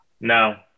No